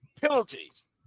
Penalties